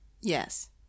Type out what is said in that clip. Yes